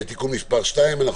(תיקון מס' 2), התשפ"א-2020.